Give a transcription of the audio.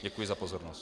Děkuji za pozornost.